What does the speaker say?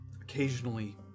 occasionally